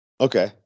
Okay